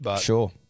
Sure